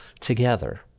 together